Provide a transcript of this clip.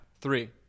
Three